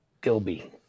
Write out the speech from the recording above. Gilby